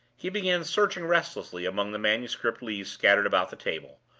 he began searching restlessly among the manuscript leaves scattered about the table,